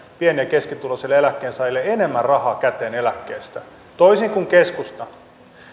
pieni ja keskituloisille eläkkeensaajille enemmän rahaa käteen eläkkeestä toisin kuin keskusta